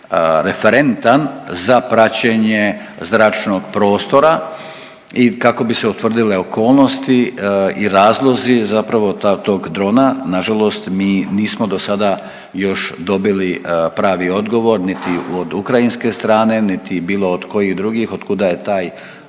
referentan za praćenje zračnog prostora i kako bi se utvrdile okolnosti i razlozi zapravo tog drona. Nažalost mi nismo dosada još dobili pravi odgovor, niti od ukrajinske strane, niti bilo od kojih drugih od kuda je taj